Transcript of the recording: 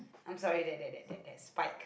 I'm sorry that that that spike